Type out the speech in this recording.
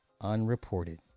unreported